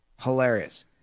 Hilarious